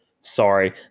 Sorry